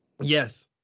Yes